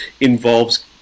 involves